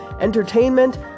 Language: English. entertainment